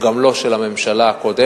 גם לא של הממשלה הקודמת,